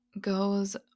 goes